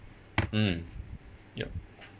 mm yup